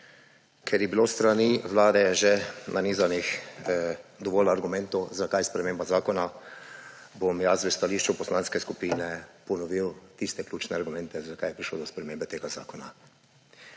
Ker je bilo s strani Vlade že nanizanih dovolj argumentov, zakaj sprememba zakona, bom v stališču poslanske skupine ponovil tiste ključne argumenta, zakaj je prišlo do spremembe tega zakona.